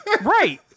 Right